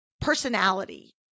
personality